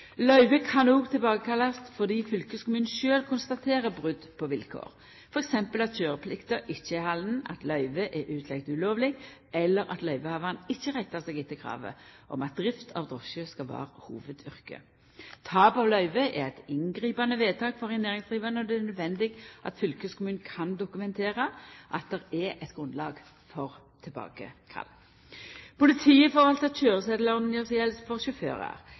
kan òg tilbakekallast fordi fylkeskommunen sjølv konstaterer brot på vilkår, til dømes at køyreplikta ikkje er halden, at løyvet er utleigd ulovleg, eller at løyvehavaren ikkje rettar seg etter kravet om at drift av drosje skal vera hovudyrket. Tap av løyve er eit inngripande vedtak for ein næringsdrivande, og det er naudsynt at fylkeskommunen kan dokumentera at det er eit grunnlag for tilbakekall. Politiet forvaltar køyresetelordninga som gjeld for sjåførar.